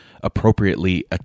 appropriately